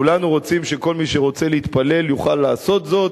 כולנו רוצים שכל מי שרוצה להתפלל יוכל לעשות זאת,